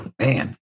man